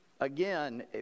again